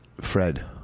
Fred